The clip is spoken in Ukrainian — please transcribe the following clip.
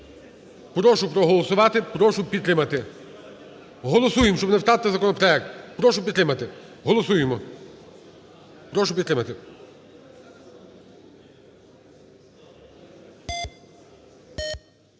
Прошу проголосувати, прошу підтримати. Голосуємо, щоб не втратити законопроект. Прошу підтримати, голосуємо. Прошу підтримати.